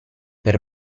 per